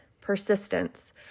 persistence